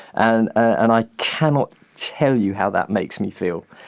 and and i cannot tell you how that makes me feel.